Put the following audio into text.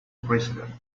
president